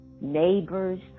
neighbors